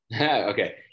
Okay